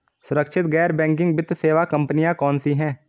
सुरक्षित गैर बैंकिंग वित्त सेवा कंपनियां कौनसी हैं?